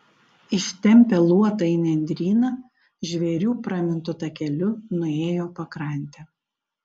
ištempę luotą į nendryną žvėrių pramintu takeliu nuėjo pakrante